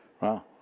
Wow